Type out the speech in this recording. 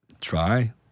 try